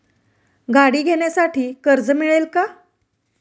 गाडी घेण्यासाठी कर्ज मिळेल का?